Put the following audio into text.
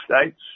states